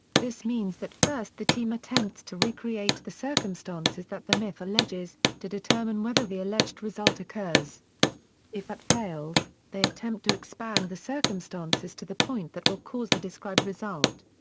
this means that first the team attempts to recreate the circumstances that the myth alleges to determine whether the alleged result occurs if that fails, they attempt to expand the circumstances to the point that will cause the described result.